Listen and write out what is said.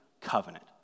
covenant